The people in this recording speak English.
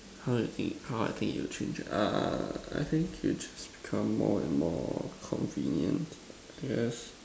how you think how I think it would change ah uh I think it will just become more and more convenient I guess